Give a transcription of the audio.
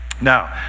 Now